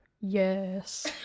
Yes